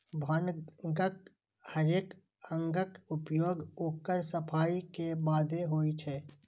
भांगक हरेक अंगक उपयोग ओकर सफाइ के बादे होइ छै